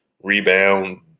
rebound